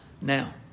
now